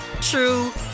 true